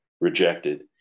rejected